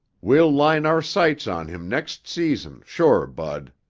we'll line our sights on him next season sure, bud.